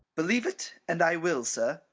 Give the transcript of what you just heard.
believe it, and i will, sir.